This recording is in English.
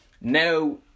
Now